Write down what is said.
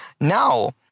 Now